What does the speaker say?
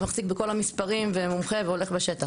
מחזיק בכל המספרים ומומחה והולך בשטח.